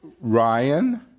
Ryan